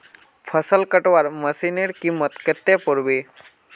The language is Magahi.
फसल कटवार मशीनेर कीमत कत्ते पोर बे